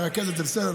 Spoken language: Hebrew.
מרכזת זה בסדר,